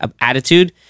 attitude